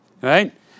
Right